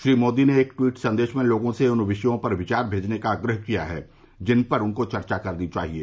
श्री मोदी ने एक ट्वीट संदेश में लोगों से उन विषयों पर विचार भेजने का आग्रह किया है जिन पर उनको चर्चा करनी चाहिये